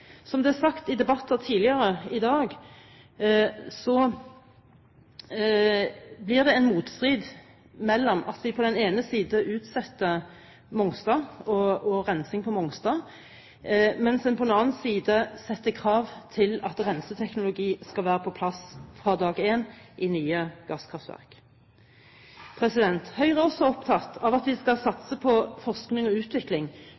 Som det er sagt i debatter tidligere i dag, blir det en motstrid mellom at en på den ene side utsetter Mongstad og rensing på Mongstad, mens en på den annen side setter krav til at renseteknologi skal være på plass fra dag én i nye gasskraftverk. Høyre er også opptatt av at vi skal satse på forskning og utvikling